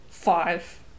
five